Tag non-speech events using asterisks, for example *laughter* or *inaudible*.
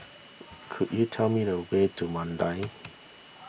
*noise* could you tell me the way to Mandai *noise*